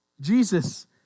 Jesus